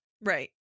Right